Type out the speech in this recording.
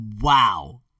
Wow